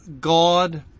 God